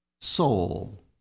Soul